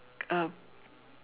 uh